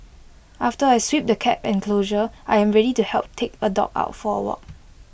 after I sweep the cat enclosure I am ready to help take A dog out for A walk